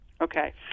Okay